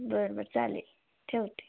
बरं बर चालेल ठेवते